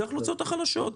זה האוכלוסיות החלשות,